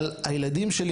הילדים שלי,